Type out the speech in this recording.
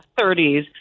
30s